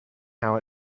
how